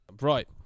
Right